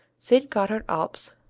st. gothard alps,